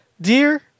Dear